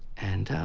and.